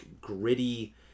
gritty